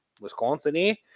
Wisconsin